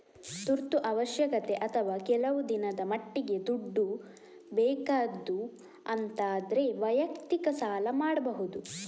ತುರ್ತು ಅವಶ್ಯಕತೆ ಅಥವಾ ಕೆಲವು ದಿನದ ಮಟ್ಟಿಗೆ ದುಡ್ಡು ಬೇಕಾದ್ದು ಅಂತ ಆದ್ರೆ ವೈಯಕ್ತಿಕ ಸಾಲ ಮಾಡ್ಬಹುದು